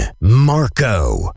Marco